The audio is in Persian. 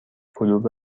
کلوب